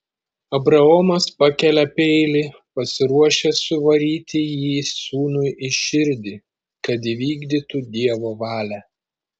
abraomas pakelia peilį pasiruošęs suvaryti jį sūnui į širdį kad įvykdytų dievo valią